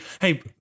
hey